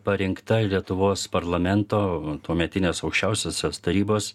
parinkta lietuvos parlamento tuometinės aukščiausiosios tarybos